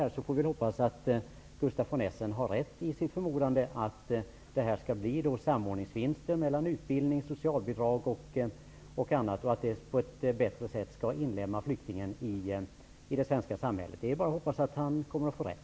Men vi får hoppas att Gustaf von Essen har rätt när han förmodar att det blir samordningsvinster när det gäller bl.a. utbildning och socialbidrag och att flyktingen på ett bättre sätt skall inlemmas i det svenska samhället. Det återstår alltså att hoppas att Gustaf von Essen får rätt.